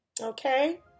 Okay